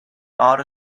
auto